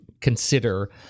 consider